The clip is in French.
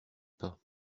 pas